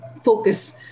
focus